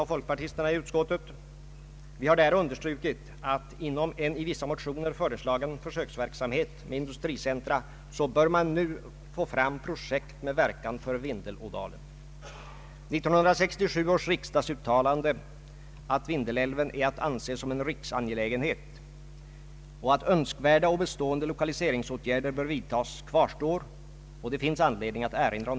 Garantin skulle kunna avse högst 50 procent av erforderligt rörelsekapital för inledningsskedet. Beslut om lokaliseringsstöd skulle förfalla om investeringarna icke hade påbörjats inom ett år.